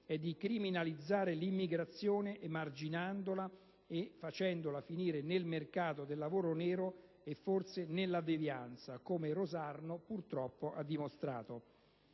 di criminalizzare l'immigrazione, emarginandola e facendola finire nel mercato del lavoro nero e, forse, nella devianza, come Rosarno purtroppo ha dimostrato.